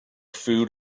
food